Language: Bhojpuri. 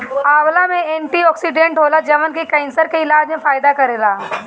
आंवला में एंटीओक्सिडेंट होला जवन की केंसर के इलाज में फायदा करेला